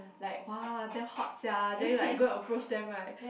like !wah! damn hot sia then like go and approach them right